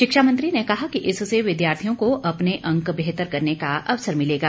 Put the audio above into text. शिक्षा मंत्री ने कहा कि इससे विद्यार्थियों को अपने अंक बेहतर करने का अवसर मिलेगा